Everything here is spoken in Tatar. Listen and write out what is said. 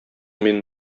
мин